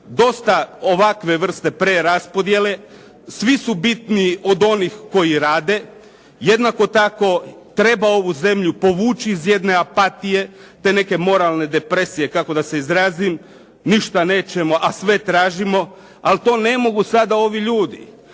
dosta ovakve vrste preraspodjele. Svi su bitniji od onih koji rade, jednako tako treba ovu zemlju povući iz jedne apatije, te neke moralne depresije kako da se izrazim, ništa nećemo, a sve tražimo, ali to ne mogu sada ovi ljudi.